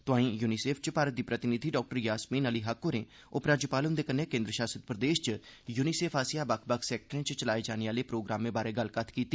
तोआईं यूनीसेफ च भारत दी प्रतिनिधि डाक्टर यासीन हली हक होरें उपराज्यपाल हुंदे कन्नै केन्द्र शासित प्रदेश च यूनीसेफ आसेआ बक्ख बक्ख सैक्टरें च चलाए जाने आहले प्रोग्रामें बारै गल्लकत्थ कीती